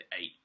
eight